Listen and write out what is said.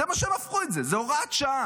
זה מה שהם הפכו את זה, זאת הוראת שעה.